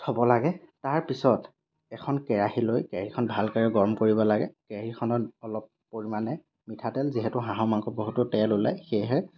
থ'ব লাগে তাৰ পিছত এখন কেৰাহী লৈ কেৰাহীখন ভালকৈ গৰম কৰিব লাগে কেৰাহীখনত অলপ পৰিমাণে মিঠাতেল যিহেতু হাঁহৰ মাংসৰ বহুতো তেল ওলায় সেয়েহে